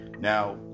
now